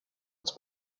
its